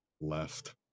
left